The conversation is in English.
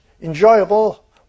enjoyable